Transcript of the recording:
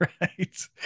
right